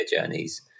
journeys